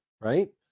right